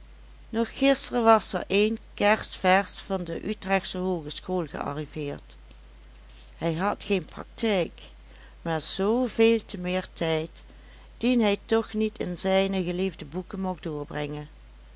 nog gisteren was er een kers versch van de utrechtsche hoogeschool gearriveerd hij had geen praktijk maar zooveel temeer tijd dien hij toch niet in zijne geliefde boeken mocht doorbrengen